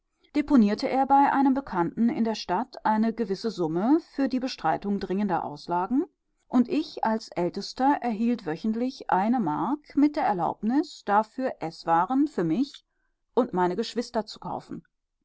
deponierte er bei einem bekannten in der stadt eine gewisse summe für die bestreitung dringender auslagen und ich als ältester erhielt wöchentlich eine mark mit der erlaubnis dafür eßwaren für mich und meine geschwister zu kaufen